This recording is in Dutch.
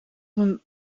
een